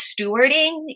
stewarding